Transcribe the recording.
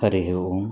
हरिः ओं